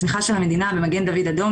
הצריכה של המדינה ממגן דוד אדום,